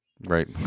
Right